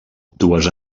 dues